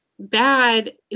bad